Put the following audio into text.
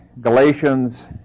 Galatians